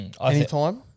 Anytime